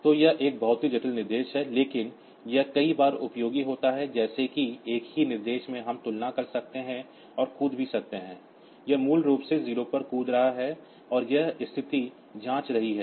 तो यह एक बहुत ही जटिल निर्देश है लेकिन यह कई बार उपयोगी होता है जैसा कि एक ही निर्देश में हम तुलना कर सकते हैं और जंप भी सकते हैं यह मूल रूप से 0 पर जंप रहा है और यह स्थिति जाँच रही है